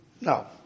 No